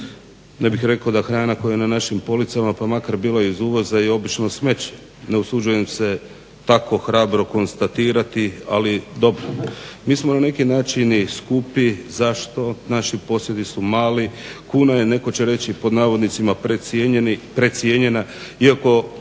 Ja bi rekao da hrana koja je na našim policama pa makar bila iz uvoza je obično smeće. Ne usuđujem se tako hrabro konstatirati ali dobro. Mi smo na neki način i skupi zašto, naši posjedi su mali, kuna je netko će reći pod navodnicima precijenjena iako